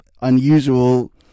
unusual